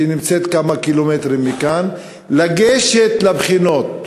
שנמצאת כמה קילומטרים מכאן, לגשת לבחינות.